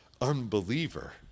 unbeliever